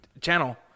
channel